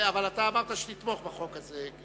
אתה אמרת שתתמוך בחוק הזה.